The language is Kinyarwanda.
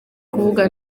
kuvuga